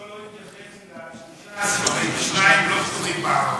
אבל כבודו לא התייחס לכך ששניים לא כתובים בערבית.